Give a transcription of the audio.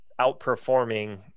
outperforming